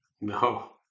no